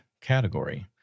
category